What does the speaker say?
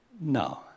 No